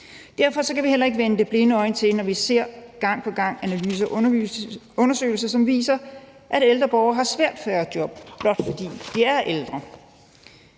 Derfor kan vi heller ikke vende det blinde øje til, når vi gang på gang ser analyser og undersøgelser, som viser, at ældre borgere har svært ved at få et job, blot fordi de er ældre.